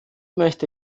möchte